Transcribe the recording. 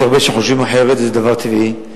יש הרבה שחושבים אחרת, וזה דבר טבעי,